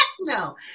no